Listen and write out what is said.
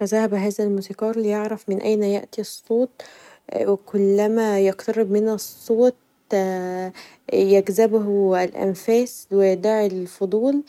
فذهب هذا الموسيقار ليعرف من أين يأتي الصوت و كلما اقترب من الصوت يجذبه الأنفاس و يدعي الفضول